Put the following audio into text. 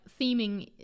theming